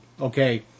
okay